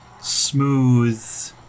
smooth